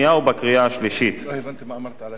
לא הבנתי מה אמרת על ההסתייגות של שר האנרגיה,